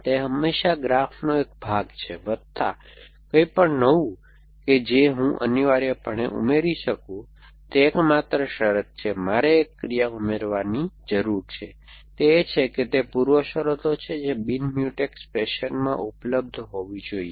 તેથી તે હંમેશા ગ્રાફનો એક ભાગ છે વત્તા કંઈપણ નવું કે જે હું અનિવાર્યપણે ઉમેરી શકું તે એકમાત્ર શરત છે મારે એક ક્રિયા ઉમેરવાની જરૂર છે તે એ છે કે તે પૂર્વશરતો છે જે બિન મ્યુટેક્સ ફેશનમાં ઉપલબ્ધ હોવી જોઈએ